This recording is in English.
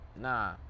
Nah